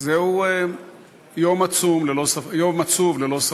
זהו יום עצוב, ללא ספק.